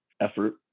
effort